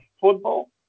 football